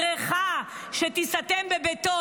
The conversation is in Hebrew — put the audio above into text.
בריכה שתיסתם בבטון.